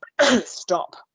stop